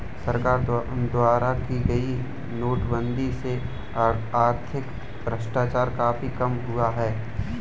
सरकार द्वारा की गई नोटबंदी से आर्थिक भ्रष्टाचार काफी कम हुआ है